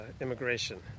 immigration